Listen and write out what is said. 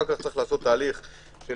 אחרי זה צריך לעשות תהליך של